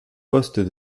poste